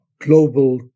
global